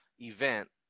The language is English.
event